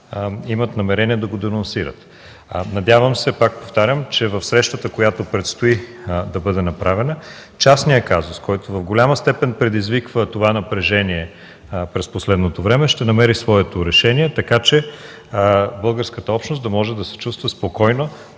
имат намерение да го денонсират. Надявам се, пак повтарям, че в срещата, която предстои да бъде направена, частният казус, който в голяма степен предизвиква това напрежение през последно време, ще намери своето решение, така че българската общност да може да се чувства спокойно